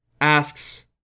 asks